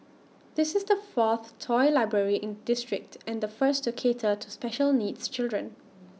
this is the fourth toy library in the district and the first to cater to special needs children